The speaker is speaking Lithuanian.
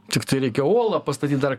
tiktai reikia olą pastatyti dar